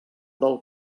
del